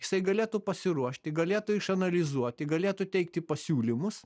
jisai galėtų pasiruošti galėtų išanalizuoti galėtų teikti pasiūlymus